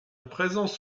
présence